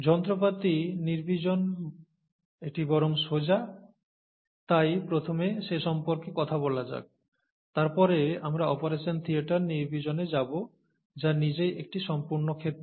যন্ত্রপাতি নির্বীজন এটি বরং সোজা তাই প্রথমে সে সম্পর্কে কথা বলা যাক তারপরে আমরা অপারেশন থিয়েটার নির্বীজনে যাব যা নিজেই একটি সম্পূর্ণ ক্ষেত্র